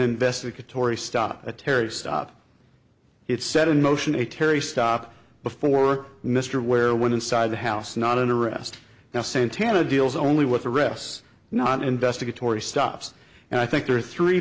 investigatory stop a terrorist stop it's set in motion a terry stop before mr ware went inside the house not an arrest now santana deals only with arrests not investigatory stops and i think there are three